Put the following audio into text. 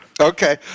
Okay